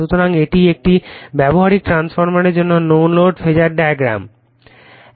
সুতরাং এটি একটি ব্যবহারিক ট্রান্সফরমারের জন্য নো লোড ফেজার ডায়াগ্রাম